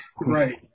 right